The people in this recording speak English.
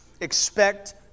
Expect